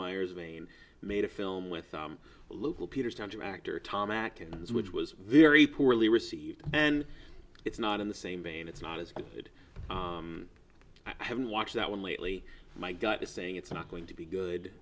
meyers maine made a film with a local peter stone to actor tom acting which was very poorly received and it's not in the same vein it's not as good i haven't watched that one lately my gut is saying it's not going to be good